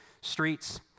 streets